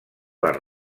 les